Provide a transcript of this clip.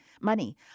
money